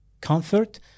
comfort